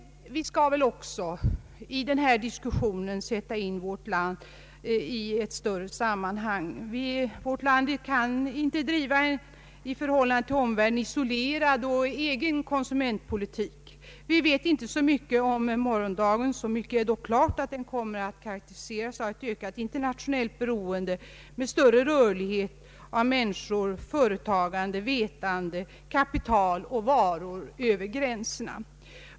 Vi skall väl också i den här diskussionen sätta in vårt land i ett större sammanhang. Vårt land kan inte driva en i förhållande till omvärlden isolerad och egen konsumentpolitik. Vi vet inte så mycket om morgondagen. Så mycket är dock klart att den kommer att karakteriseras av ett ökat internationellt beroende med större rörlighet av människor, företagande, vetande, kapital och varor över gränserna.